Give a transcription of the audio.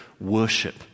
worship